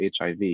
HIV